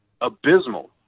abysmal